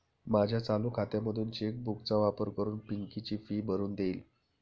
माझ्या चालू खात्यामधून चेक बुक चा वापर करून पिंकी ची फी भरून देईल